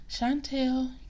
Chantel